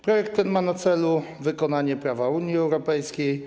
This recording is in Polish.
Projekt ten ma na celu wykonanie prawa Unii Europejskiej.